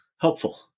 helpful